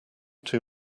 too